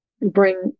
bring